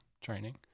training